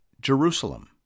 Jerusalem